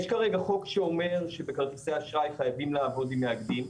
יש כרגע חוק שאומר שבכרטיסי אשראי חייבים לעבוד עם מאגדים.